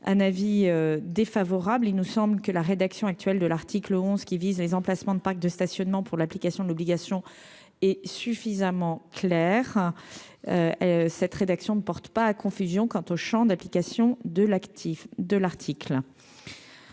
un avis défavorable, il nous semble que la rédaction actuelle de l'article 11 qui vise les emplacements de parcs de stationnement pour l'application de l'obligation est suffisamment clair cette rédaction de porte pas à confusion quant au Champ d'application de l'actif